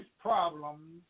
problems